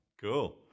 Cool